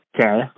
Okay